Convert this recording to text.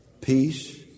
Peace